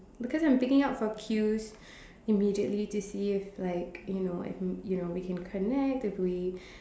because I'm picking out for cues immediately to see if like you know if you know we can connect if we